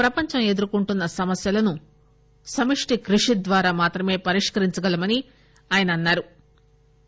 ప్రపంచం ఎదుర్కొంటున్న సమస్యలను సమిష్టి కృషి ద్వారా మాత్రమే పరిష్కరించగలమని ఆయన అన్నారు